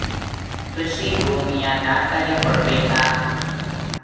ಕೃಷಿ ಭೂಮಿಯ ದಾಖಲೆ ಕೊಡ್ಬೇಕಾ?